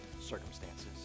circumstances